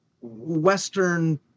western